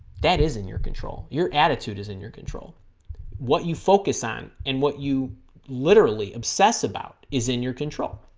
that is in your control your attitude is in your control what you focus on and what you literally obsess about is in your control